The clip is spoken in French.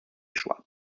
joie